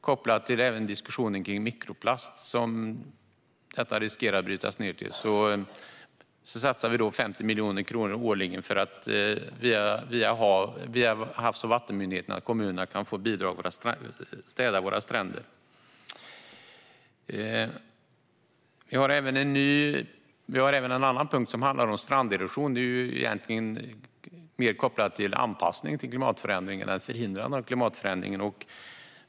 Eftersom plasten också riskerar att brytas ned till mikroplast satsar vi 50 miljoner årligen för att kommunerna via Havs och vattenmyndigheten ska kunna få bidrag till att städa Sveriges stränder. En punkt handlar om stranderosion. Det är mer kopplat till anpassning till klimatförändring än förhindrande av klimatförändring.